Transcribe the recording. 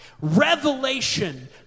revelation